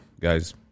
guys